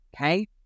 Okay